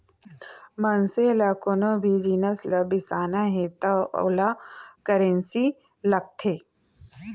मनसे ल कोनो भी जिनिस ल बिसाना हे त ओला करेंसी लागथे